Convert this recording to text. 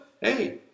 Hey